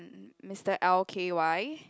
Mister L_K_Y